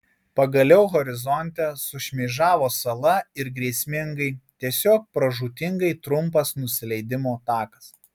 pagaliau horizonte sušmėžavo sala ir grėsmingai tiesiog pražūtingai trumpas nusileidimo takas